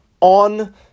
on